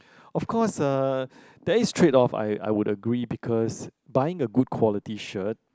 of course uh there is trade off I I would agree because buying a good quality shirt